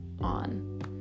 on